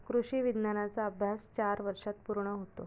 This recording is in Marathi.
कृषी विज्ञानाचा अभ्यास चार वर्षांत पूर्ण होतो